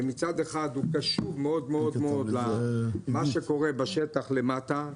ומצד אחד הוא קשוב מאוד מאוד מאוד למה שקורה בשטח למטה,